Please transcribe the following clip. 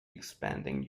expanding